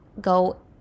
go